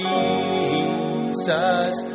Jesus